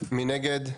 1 נגד,